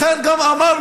לכן גם אמרנו,